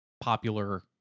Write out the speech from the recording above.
popular